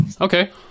Okay